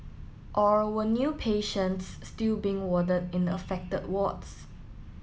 or were new patients still being warded in affected wards